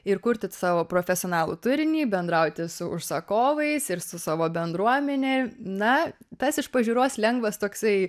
ir kurti savo profesionalų turinį bendrauti su užsakovais ir su savo bendruomene na tas iš pažiūros lengvas toksai